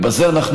בזה אנחנו,